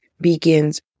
begins